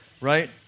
right